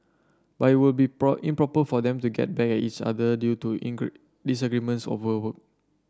but it would be improper for them to get back at each other due to disagreements over work